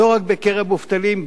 לא רק בקרב מובטלים,